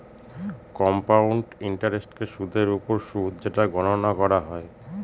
compound ইন্টারেস্টকে সুদের ওপর সুদ যেটা গণনা করা হয়